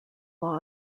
law